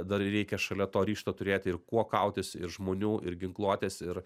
dar reikia šalia to ryžto turėti ir kuo kautis ir žmonių ir ginkluotės ir